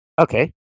okay